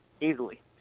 easily